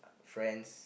friends